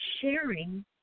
Sharing